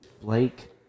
Blake